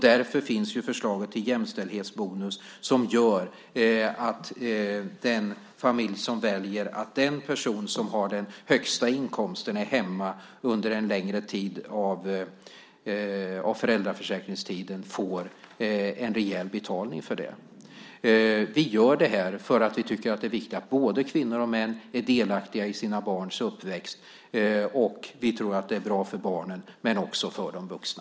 Därför finns förslaget till jämställdhetsbonus, som gör att den familj som väljer att låta den person som har den högsta inkomsten vara hemma under en längre tid av föräldraförsäkringstiden får en rejäl betalning för det. Vi gör det här för att vi tycker att det är viktigt att både kvinnor och män är delaktiga i sina barns uppväxt. Vi tror att det är bra för barnen men också för de vuxna.